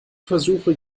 versuche